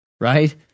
Right